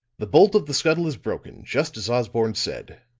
the bolt of the scuttle is broken, just as osborne said,